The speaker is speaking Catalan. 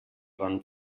bon